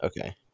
Okay